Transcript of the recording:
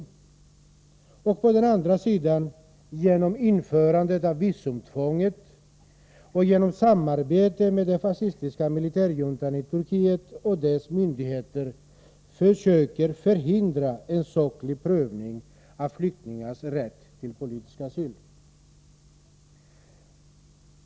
Å andra sidan försöker man genom införandet av visumtvång och genom samarbete med den fascistiska militärjuntan i Turkiet och dess myndigheter förhindra en saklig prövning av flyktingars rätt till politisk asyl.